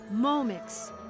Momix